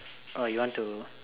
or you want to